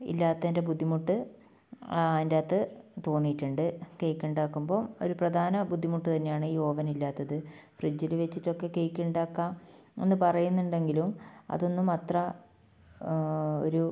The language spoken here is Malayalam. ഇല്ലാത്തതിൻ്റെ ബുദ്ധിമുട്ട് അതിന്റകത്ത് തോന്നീട്ടുണ്ട് കേക്ക് ഉണ്ടാക്കുമ്പം ഒരു പ്രധാന ബുദ്ധിമുട്ട് തന്നെയാണ് ഈ ഓവൻ ഇല്ലാത്തത് ഫ്രിഡ്ജിൽ വെച്ചിട്ടൊക്കെ കേക്ക് ഉണ്ടാക്കാം എന്ന് പറയുന്നുണ്ടെങ്കിലും അതൊന്നും അത്ര ഒരു